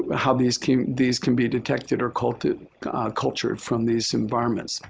but how these can these can be detected or cultured cultured from these environments.